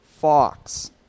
fox